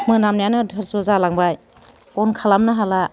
मोनामनायानो अधोरज' जालांबाय अन खालामनो हाला